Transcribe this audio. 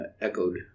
echoed